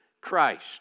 Christ